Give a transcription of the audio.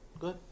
Good